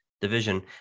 division